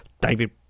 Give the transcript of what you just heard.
David